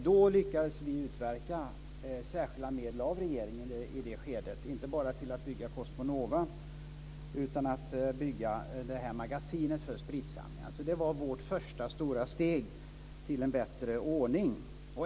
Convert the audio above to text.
Vi lyckades i det skedet utverka särskilda medel av regeringen, inte bara till att bygga Cosmonova utan också till att bygga det här magasinet för spritsamlingar. Det var vårt första stora steg till en bättre ordning.